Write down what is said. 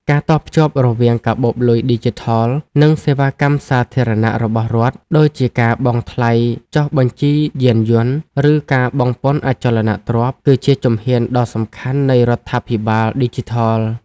ការតភ្ជាប់រវាងកាបូបលុយឌីជីថល និងសេវាកម្មសាធារណៈរបស់រដ្ឋ ដូចជាការបង់ថ្លៃចុះបញ្ជីយានយន្ត ឬការបង់ពន្ធអចលនទ្រព្យ គឺជាជំហានដ៏សំខាន់នៃរដ្ឋាភិបាលឌីជីថល។